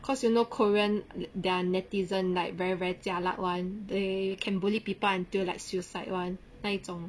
cause you know korean their netizen like very very jialat [one] they can bully people until like suicide [one] 那一种